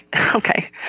Okay